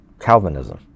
Calvinism